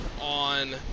on